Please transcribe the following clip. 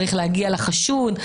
להגיע לחשוד,